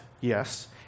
yes